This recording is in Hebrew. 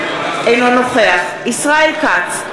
אינו נוכח ישראל כץ,